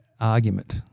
argument